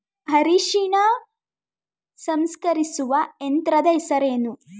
ಅರಿಶಿನ ಸಂಸ್ಕರಿಸುವ ಯಂತ್ರದ ಹೆಸರೇನು?